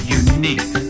unique